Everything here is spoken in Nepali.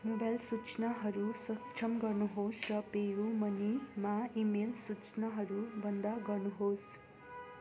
मोबाइल सूचनाहरू सक्षम गर्नुहोस् र पेयु मनीमा इमेल सूचनाहरू बन्द गर्नुहोस्